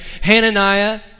Hananiah